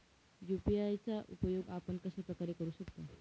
UPI चा उपयोग आपण कशाप्रकारे करु शकतो?